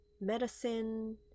medicine